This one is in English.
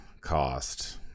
cost